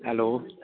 hello